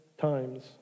times